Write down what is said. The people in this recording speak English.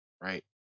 right